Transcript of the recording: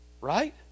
Right